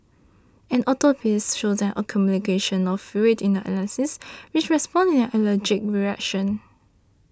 an autopsy showed an accumulation of fluid in her larynx which corresponds an allergic reaction